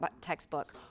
textbook